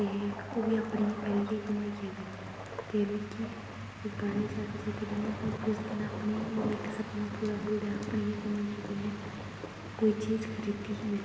ते ओह् बी अपनी पैह्ली कमाईयै कन्नै ते ओह् मिगी बड़ा ई जादा चेत्ता रौंह्दा क्योंकि उस दिन अपना जेह्ड़ा सपना पूरा करी ओड़ेआ अपनी कमाईयै कन्नै कोई चीज़ खरीदी ही में